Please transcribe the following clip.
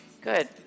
Good